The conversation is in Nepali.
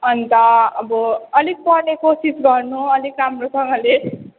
अन्त अब अलिक पढ्ने कोसिस गर्नु अलिक राम्रोसँगले